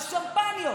השמפניות,